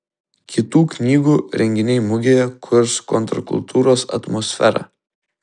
kitų knygų renginiai mugėje kurs kontrkultūros atmosferą